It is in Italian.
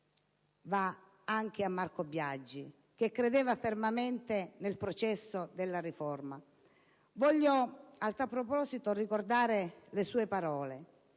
va anche a Marco Biagi, che credeva fermamente nel processo di riforma. Voglio a tal proposito ricordare le sue parole: